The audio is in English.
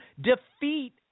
defeat